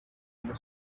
under